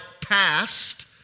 passed